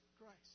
Christ